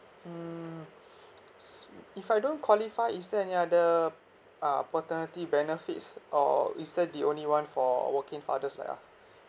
mm s~ if I don't qualify is there any other uh paternity benefits or is that the only one for working fathers like us